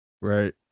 Right